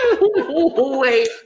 wait